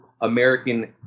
American